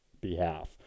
behalf